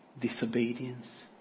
disobedience